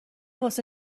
واسه